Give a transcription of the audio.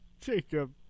Jacob